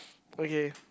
okay